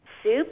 Soup